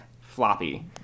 floppy